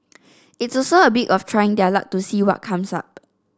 it's also a bit of trying their luck to see what comes up